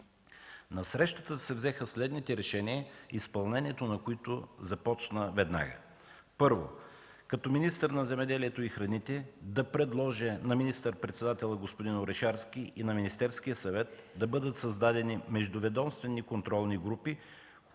На срещата се взеха следните решения, изпълнението на които започна веднага. Първо, като министър на земеделието и храните да предложа на министър-председателя господин Орешарски и на Министерския съвет да бъдат създадени междуведомствени контролни групи,